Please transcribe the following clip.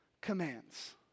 commands